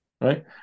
Right